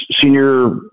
senior